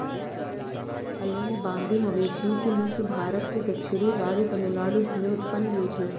अलंबादी मवेशियों की नस्ल भारत के दक्षिणी राज्य तमिलनाडु में उत्पन्न हुई थी